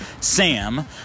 Sam